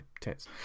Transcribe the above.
tits